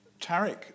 Tarek